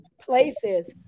places